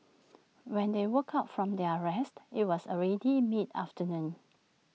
when they woke up from their rest IT was already mid afternoon